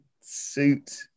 suit